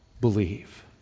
believe